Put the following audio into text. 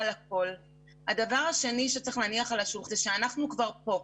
הכול נכון ומבוסס על דברים אמיתיים שקרו,